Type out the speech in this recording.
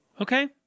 Okay